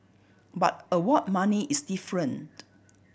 but award money is different